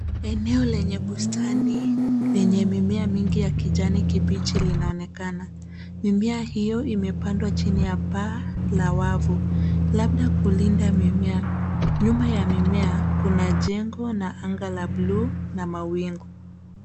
Eneo lenye bustani lenye mimea mingi ya kijani kibichi linaonekana. Mimea io imepandwa chini ya paa la wavu labda kulinda mimea. Nyuma ya mimea kuna jengo na anga la buluu na mawingu.